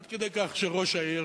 עד כדי כך שראש העיר,